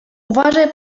uważaj